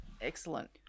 excellent